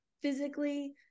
physically